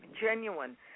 genuine